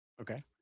Okay